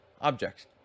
objects